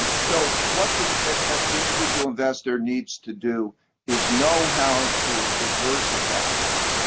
ah so what the ah individual investor needs to do is know how to diversify well.